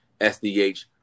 SDH